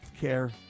care